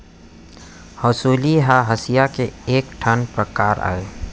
हँसुली ह हँसिया के एक ठन परकार अय